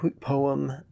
poem